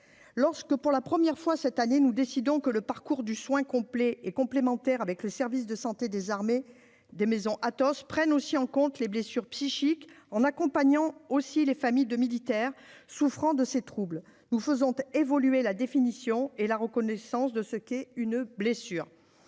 lorsque pour la première fois cette année, nous décidons que le parcours du soin complet et complémentaire avec le service de santé des armées des maisons Athos prennent aussi en compte les blessures psychiques en accompagnant aussi les familles de militaires souffrant de ces troubles, nous faisons évoluer la définition et la reconnaissance de ce qu'est une blessure,